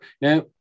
Now